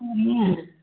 बढ़िया है